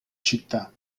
città